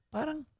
Parang